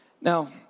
Now